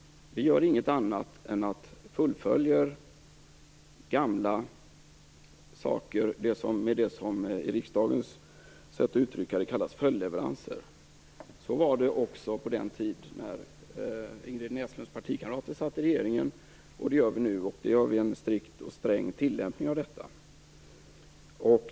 Vi gör inget annat än att fullfölja gamla saker, sådana som med riksdagens sätt att uttrycka det kallas följdleveranser. Så var det också på den tid Ingrid Näslunds partikamrater satt i regeringen. Så gör vi nu, och vi har en strikt och sträng tillämpning av detta.